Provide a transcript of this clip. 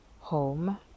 home